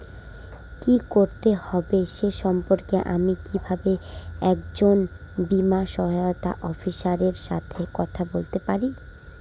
কী করতে হবে সে সম্পর্কে আমি কীভাবে একজন বীমা সহায়তা অফিসারের সাথে কথা বলতে পারি?